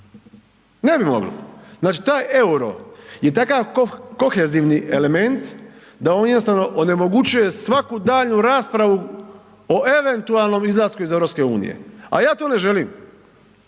Ne bi moglo. Znači taj euro je takav kohezivni element da on jednostavno onemogućuje svaku daljnju raspravu o eventualnom izlasku iz EU, a ja to ne želim,